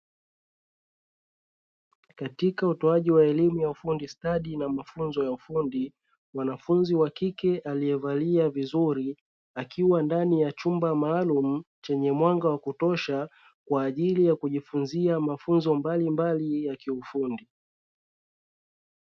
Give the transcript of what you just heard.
Katika utoaji waelimu ya ufundi stadi na mafunzo ya ufundi mwanafunzi wa kike aliyevalia vizuri akiwa ndani ya chumba maalumu chenye mwanga wa kutosha kwaajili ya kujifunzia mafunzo mbalimbali ya kiufundi.